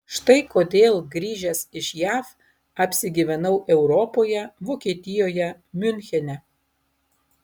štai kodėl grįžęs iš jav apsigyvenau europoje vokietijoje miunchene